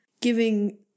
giving